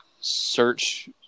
search